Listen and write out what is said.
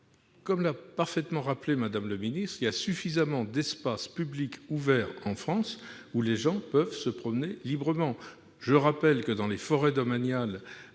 Comme l'a parfaitement rappelé madame la secrétaire d'État, il y a suffisamment d'espaces publics ouverts en France dans lesquels les gens peuvent se promener librement. Je rappelle que, dans les forêts domaniales,